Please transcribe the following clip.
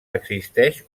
existeix